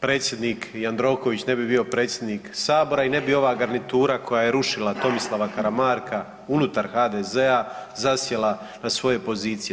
Predsjednik Jandroković ne bi bio predsjednik Sabora i ne bi ova garnitura koja je rušila Tomislava Karamarka unutar HDZ-a zasjela na svoje pozicije.